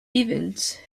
event